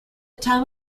time